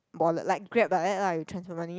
wallet like Grab like that lah you transfer money